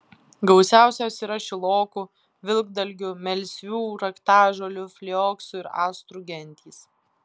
gausiausios yra šilokų vilkdalgių melsvių raktažolių flioksų ir astrų gentys